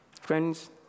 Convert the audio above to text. Friends